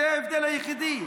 זה הדבר הראשון.